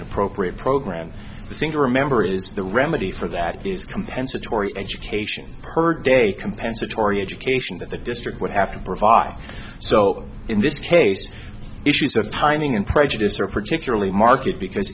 an appropriate program the thing to remember is the remedy for that is compensatory education per day compensatory education that the district would after provide so in this case issues of timing and prejudice are particularly market because